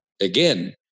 again